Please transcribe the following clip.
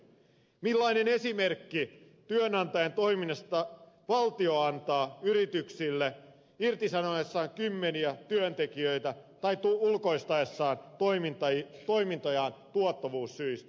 millaisen esimerkin työnantajan toiminnasta valtio antaa yksityisille yrityksille irtisanoessaan kymmeniä työntekijöitä tai ulkoistaessaan toimintojaan tuottavuussyistä